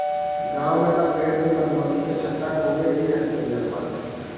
गांव में तअ पेड़ पे मधुमक्खी के छत्ता खूबे देखे के मिलत बाटे